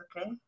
okay